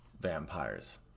vampires